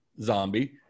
zombie